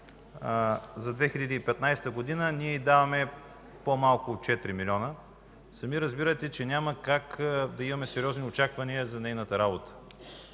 за 2015 г. ние даваме по-малко от 4 милиона. Сами разбирате, че няма как да имаме сериозни очаквания за нейната работа.